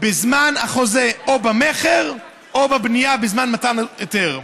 בזמן החוזה, במכר או בבנייה, בזמן מתן היתר.